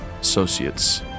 associates